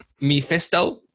Mephisto